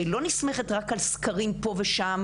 שלא נסמכת רק על סקרים פה ושם,